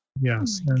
Yes